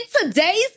today's